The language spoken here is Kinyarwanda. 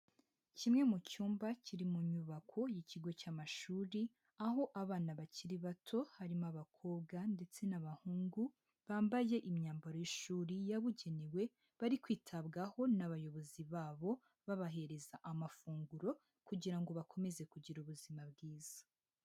Kimwe mu cyumba kiri mu nyubako y'ikigo cy'amashuri, aho abana bakiri bato harimo abakobwa ndetse n'abahungu bambaye imyambaro y'ishuri yabugenewe bari kwitabwaho n'abayobozi babo, babahereza amafunguro kugira ngo bakomeze kugira ubuzima bwiza.